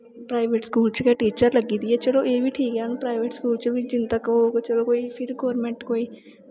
private school च गै teacher लग्गी दी ऐ चलो एह् बी ठीक ऐ हून प्राईवेट स्कूल च बी जिन्ने चिर तक चलो फिर गौरमैंट कोई